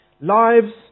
lives